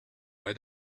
bei